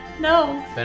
No